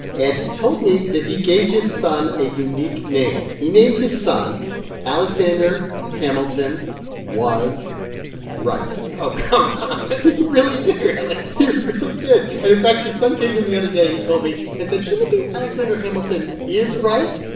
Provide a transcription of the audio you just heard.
and he told me that he gave his son a unique name. he named his son alexander hamilton was wright oh, come on ah he really did really? he really did. and, in fact, his son came to him the other day, he told me, and said, shouldn't it be alexander hamilton is wright?